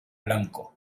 blanco